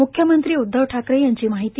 म्ख्यमंत्री उद्धव ठाकरे यांची माहिती